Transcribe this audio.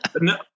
No